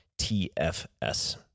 TFS